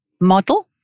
model